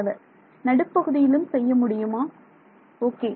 மாணவர் நடுப்பகுதியிலும் செய்ய முடியுமா ஓகே